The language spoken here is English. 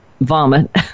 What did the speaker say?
vomit